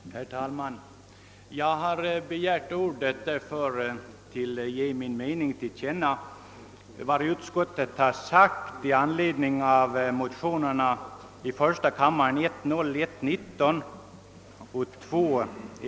Herr talman! Jag har begärt ordet för att ge min mening till känna om vad utskottet skrivit i anledning av motionerna I: 1019 och II: 1278.